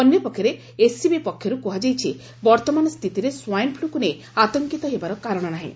ଅନ୍ୟପକ୍ଷରେ ଏସ୍ସିବି ପକ୍ଷରୁ କୁହାଯାଇଛି ବର୍ଉମାନ ସ୍ଛିତିରେ ସ୍ୱାଇନ୍ ଫ୍ଲକୁ ନେଇ ଆତଙ୍କିତ ହେବାର କାରଶ ନାହିଁ